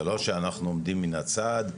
זה לא שאנחנו עומדים מן הצד,